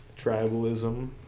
tribalism